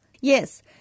Yes